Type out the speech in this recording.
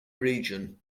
region